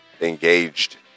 engaged